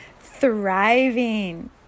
thriving